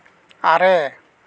ᱟᱨᱮ